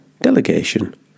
delegation